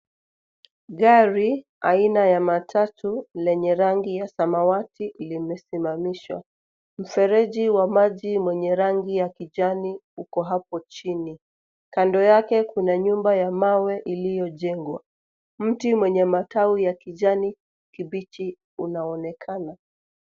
Gari aina ya matatu lenye rangi ya samawati limesimamishwa ,mfereji wa maji mwenye rangi ya kijani uko hapo chini . Kando yake kuna nyumba ya mawe iliyojengwa, mti mwenye matawi ya kijani kibichi unaonekana.